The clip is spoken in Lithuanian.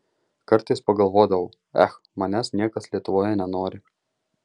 kartais pagalvodavau ech manęs niekas lietuvoje nenori